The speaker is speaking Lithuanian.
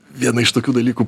vieną iš tokių dalykų